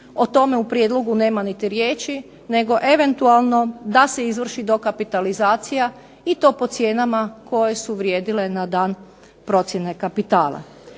o tome u prijedlogu nema niti riječi, nego eventualno da se dovrši dokapitalizacija i to po cijenama koje su vrijedile na dan procjene kapitala.